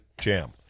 jam